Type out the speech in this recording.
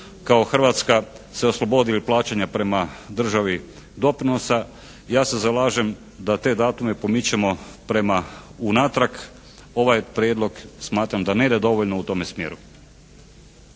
kao Hrvatska se oslobodili plaćanja prema državi doprinosa. Ja se zalažem da te datume pomičemo prema unatrag. Ovaj prijedlog smatram da ne ide dovoljno u tome smjeru.